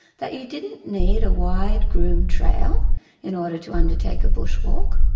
that you didn't need a wide, groomed trail in order to undertake a bushwalk,